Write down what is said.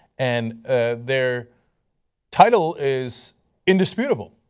and their title is indisputable.